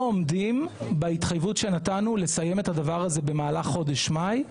עומדים בהתחייבות שנתנו לסיים את הדבר הזה במהלך חודש מאי,